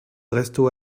restaud